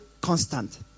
constant